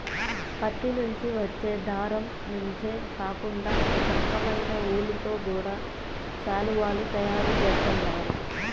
పత్తి నుంచి వచ్చే దారం నుంచే కాకుండా ఒకరకమైన ఊలుతో గూడా శాలువాలు తయారు జేత్తన్నారు